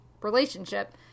relationship